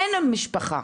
אין משפחה,